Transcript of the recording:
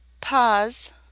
Pause